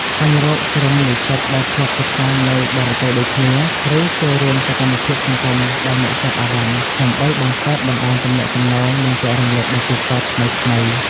ស្វែងរកក្រុមនិស្សិតដែលធ្លាប់សិក្សានៅបរទេសដូចគ្នា ឬចូលរួមសកម្មភាពសង្គមដែលអ្នកចាប់អារម្មណ៍ ដើម្បីបង្កើតបណ្តាញទំនាក់ទំនង និងចែករំលែកបទពិសោធន៍ថ្មីៗ។